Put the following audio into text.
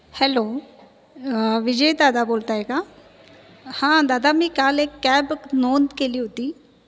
hello Vijay दादा बोलत आहे का हा दादा मी काल एक कॅब नोंद केली होती